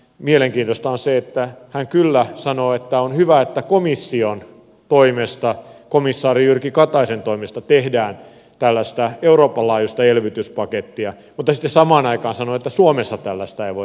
mielenkiintoista on se että hän kyllä sanoo että on hyvä että komission toimesta komissaari jyrki kataisen toimesta tehdään tällaista euroopan laajuista elvytyspakettia mutta sitten samaan aikaan hän sanoo että suomessa tällaista ei voi tehdä